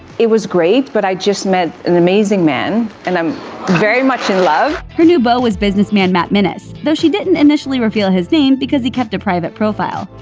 it was great, but i just met an amazing man, and i'm very much in love. her new beau was businessman matt minnis, though she didn't initially reveal his name because he kept a private profile.